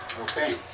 Okay